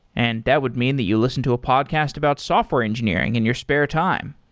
and that would mean that you listen to a podcast about software engineering in your spare time,